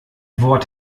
wort